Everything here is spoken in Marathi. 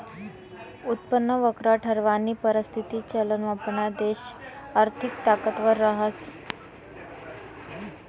उत्पन्न वक्र ठरावानी परिस्थिती चलन वापरणारा देश आर्थिक ताकदवर रहास